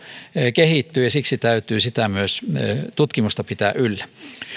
kehittyy ja siksi täytyy myös tutkimusta pitää yllä